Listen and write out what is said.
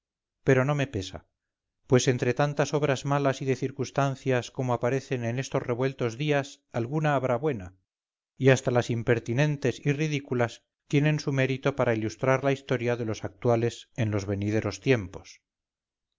pero no mepesa pues entre tantas obras malas y de circunstancias como aparecen en estos revueltos días alguna habrá buena y hasta las impertinentes y ridículas tienen su mérito para ilustrar la historia de los actuales en los venideros tiempos